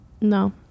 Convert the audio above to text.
No